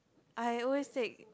I always take